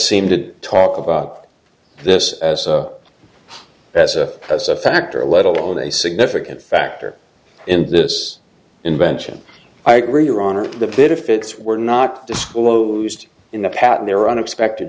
seemed to talk about this as a as a as a factor let alone a significant factor in this invention i agree your honor the benefits were not disclosed in the pattern there unexpected